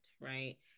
right